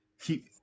keep